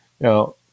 Now